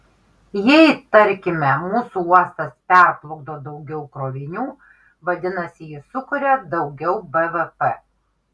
jei tarkime mūsų uostas perplukdo daugiau krovinių vadinasi jis sukuria daugiau bvp